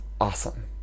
awesome